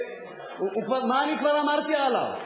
מה אני כבר אמרתי עליו?